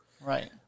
Right